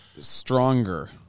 stronger